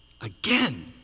again